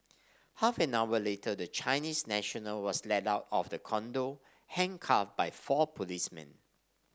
half an hour later the Chinese national was led out of the condo handcuffed by four policemen